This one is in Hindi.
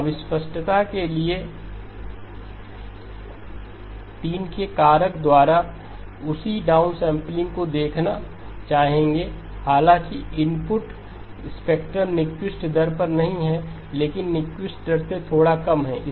अब स्पष्टता के लाभ के लिए 3 के कारक द्वारा उसी डाउनसैंपलिंग को देखना चाहेंगे हालाँकि इनपुट स्पेक्ट्रम न्यूक्विस्ट दर पर नहीं है लेकिन न्यूक्विस्ट दर से थोड़ा कम है